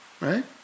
right